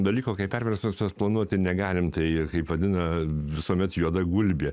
dalyko kaip perversmas planuoti negalime tai kaip vadina visuomet juoda gulbė